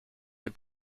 des